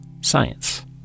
science